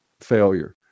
failure